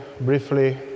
briefly